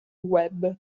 web